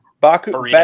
Baku